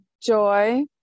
Joy